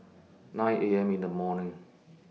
nine A M in The morning